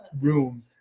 room